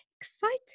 exciting